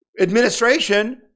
administration